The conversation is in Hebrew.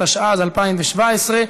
התשע"ז 2017,